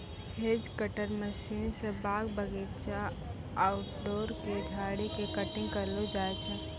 hedge cutter machine स बाग बगीचा, आउटडोर के झाड़ी के कटिंग करलो जाय छै